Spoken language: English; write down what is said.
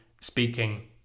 speaking